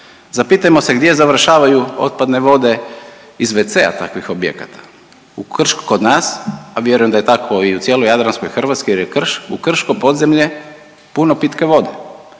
Zapitajmo se gdje završavaju otpadne vode iz wca takvih objekata. U kršu, kod nas, a vjerujem da je tako i u cijeloj jadranskoj Hrvatskoj jer je krš, u krško podzemlje puno pitke vode.